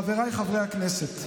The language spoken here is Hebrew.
חבריי חברי הכנסת,